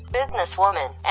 businesswoman